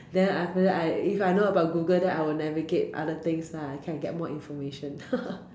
then after that I if I know about Google then I will navigate other things lah can get more information